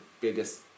biggest